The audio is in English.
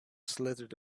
slithered